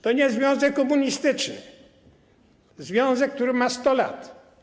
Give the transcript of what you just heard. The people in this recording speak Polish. To nie jest związek komunistyczny, to związek, który ma 100 lat.